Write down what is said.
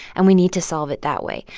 and we need to solve it that way.